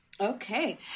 Okay